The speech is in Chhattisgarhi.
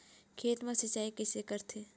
खेत मा सिंचाई कइसे करथे?